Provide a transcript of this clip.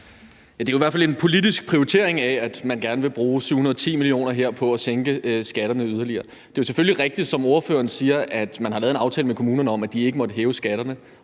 Det er i hvert fald en politisk prioritering, at man gerne vil bruge 710 mio. kr. på at sænke skatterne yderligere. Det er selvfølgelig rigtigt, som ordføreren siger, at man har lavet en aftale med kommunerne om, at de ikke måtte hæve skatterne,